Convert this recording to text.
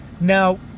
Now